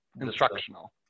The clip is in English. instructional